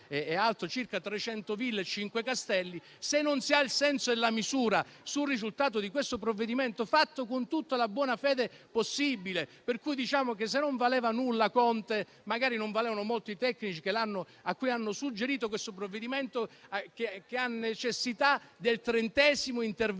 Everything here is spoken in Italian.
e altro) circa 300 ville e cinque castelli. Se non si ha il senso della misura sul risultato di questo provvedimento, fatto con tutta la buona fede possibile, se non valeva nulla Conte, magari non valevano molto i tecnici che hanno suggerito questo provvedimento, che ha necessità del trentesimo intervento